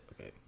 Okay